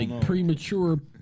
premature